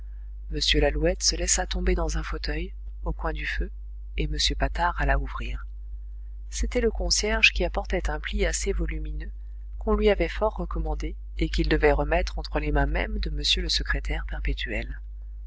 m lalouette se laissa tomber dans un fauteuil au coin du feu et m patard alla ouvrir c'était le concierge qui apportait un pli assez volumineux qu'on lui avait fort recommandé et qu'il devait remettre entre les mains mêmes de m le secrétaire perpétuel